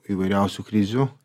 įvairiausių krizių